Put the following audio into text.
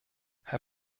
herr